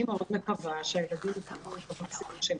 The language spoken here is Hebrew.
אני מאוד מקווה שהילדים יקבלו את המקסימום שהם